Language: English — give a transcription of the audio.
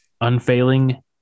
unfailing